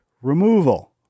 Removal